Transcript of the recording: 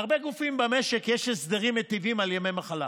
להרבה גופים במשק יש הסדרים מיטיבים על ימי מחלה,